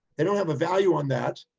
they don't have a value on that.